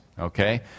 Okay